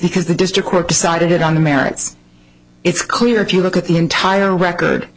because the district court decided on the merits it's clear if you look at the entire record